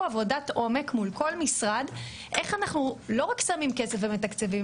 עבודת עומק מול כל משרד איך אנחנו לא רק שמים כסף ומתקצבים,